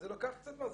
אז זה לקח קצת זמן.